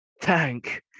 Tank